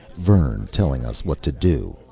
vern, telling us what to do,